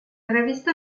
revista